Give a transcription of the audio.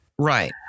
right